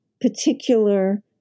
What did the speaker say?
particular